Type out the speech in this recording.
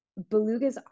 Belugas